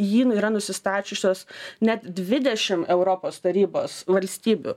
jį yra nusistačiusios net dvidešim europos tarybos valstybių